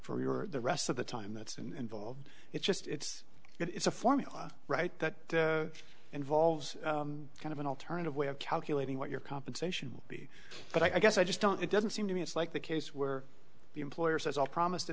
your the rest of the time that's and it's just it's it's a formula right that involves kind of an alternative way of calculating what your compensation will be but i guess i just don't it doesn't seem to me it's like the case where the employer says i'll promise to